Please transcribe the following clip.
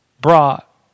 brought